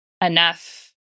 enough